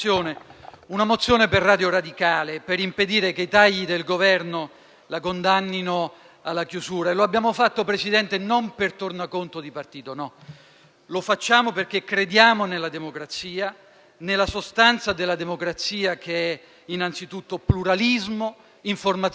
una mozione per Radio Radicale, per impedire che i tagli del Governo la condannino alla chiusura. Lo abbiamo fatto, signor Presidente, non per tornaconto di partito, ma perché crediamo nella democrazia, nella sostanza della democrazia che è innanzitutto pluralismo, informazione